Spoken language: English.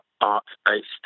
art-based